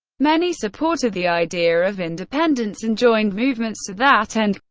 many supported the idea of independence and joined movements to that end,